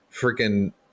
freaking